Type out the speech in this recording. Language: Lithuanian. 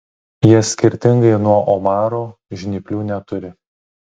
jie skirtingai nuo omarų žnyplių neturi